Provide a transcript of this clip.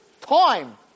time